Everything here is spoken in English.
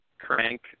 crank